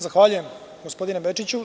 Zahvaljujem, gospodine Bečiću.